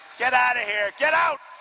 get out of here, get out!